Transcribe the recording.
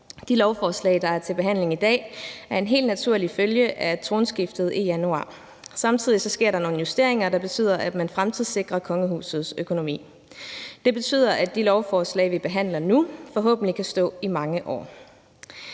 De lovforslag, der er til behandling i dag, er en helt naturlig følge af tronskiftet i januar. Samtidig sker der nogle justeringer, der betyder, at man fremtidssikrer kongehusets økonomi. Det betyder, at de lovforslag, vi behandler nu, forhåbentlig kan stå i mange år.